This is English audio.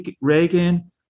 Reagan